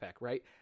right